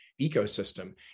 ecosystem